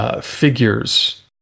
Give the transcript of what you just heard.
figures